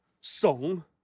song